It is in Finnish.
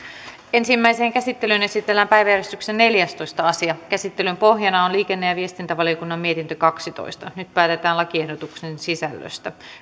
ensimmäiseen käsittelyyn esitellään päiväjärjestyksen neljästoista asia käsittelyn pohjana on liikenne ja viestintävaliokunnan mietintö kaksitoista nyt päätetään lakiehdotuksen sisällöstä